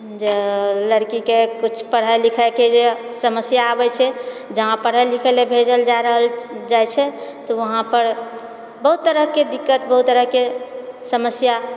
जे लड़कीके किछु पढ़ाइ लिखाइके जे समस्या आबैछै जहाँ पढ़ै लिखै ले भेजल जा रहल जाइत छै तऽ वहाँ पर बहुत तरहकेँ दिक्कत बहुत तरहकेँ समस्या